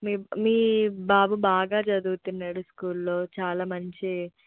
మీ మీ బాబు బాగా చదువుతున్నాడు స్కూల్లో చాలా మంచి